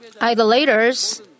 idolaters